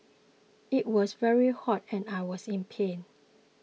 it was very hot and I was in pain